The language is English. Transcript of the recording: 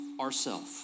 ourself